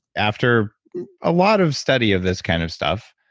after a lot of study of this kind of stuff